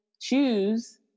choose